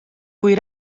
kui